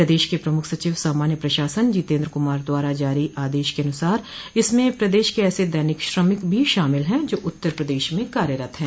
प्रदेश के प्रमुख सचिव सामान्य प्रशासन जितेन्द्र कुमार द्वारा जारी आदेश के अनुसार इसमें प्रदेश के ऐसे दैनिक श्रमिक भी शामिल हैं जो उत्तर पदेश में कार्यरत हैं